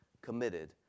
committed